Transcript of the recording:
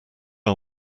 our